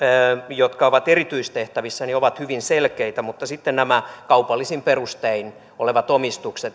jotka ovat erityistehtävissä ovat hyvin selkeitä mutta sitten nämä kaupallisin perustein olevat omistukset